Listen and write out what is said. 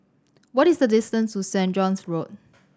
what is the distance to Saint John's Road